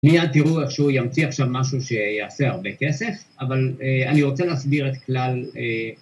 ליאן תראו איך שהוא ימציא עכשיו משהו שיעשה הרבה כסף אבל אני רוצה להסביר את כלל